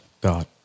God